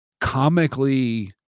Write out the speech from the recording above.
comically